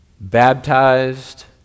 baptized